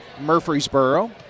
Murfreesboro